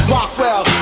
Rockwell